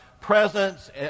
presence